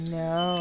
no